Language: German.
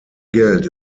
geld